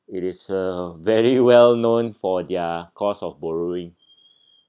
it is a very well known for their cost of borrowing